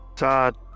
Todd